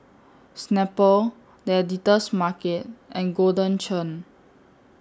Snapple The Editor's Market and Golden Churn